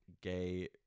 gay